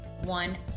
one